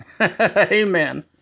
Amen